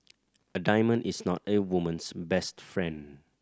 a diamond is not a woman's best friend